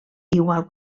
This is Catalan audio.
igual